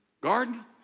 Garden